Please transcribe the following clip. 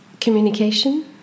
communication